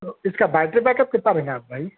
تو اس کا بیٹری بیک اپ کتنا رہیں گا بھائی